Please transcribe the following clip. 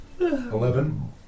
Eleven